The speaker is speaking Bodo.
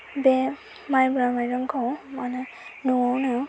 बे माइब्रा माइरंखौ मोनो न'आवनो